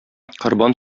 корбан